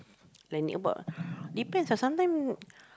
depends ah sometime